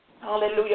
Hallelujah